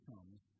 comes